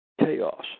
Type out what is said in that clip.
chaos